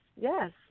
yes